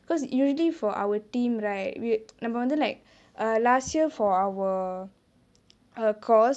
because usually for our team right we நம்ம வந்து:namma vanthu like last year for our err course